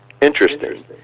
interesting